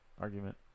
argument